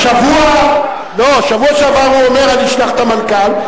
שבוע שעבר הוא אמר: אני אשלח את המנכ"ל,